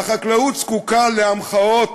והחקלאות זקוקה להמחאות,